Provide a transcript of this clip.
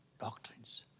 doctrines